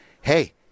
hey